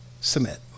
submit